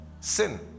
sin